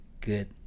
good